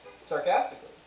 sarcastically